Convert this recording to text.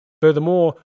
Furthermore